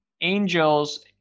Angels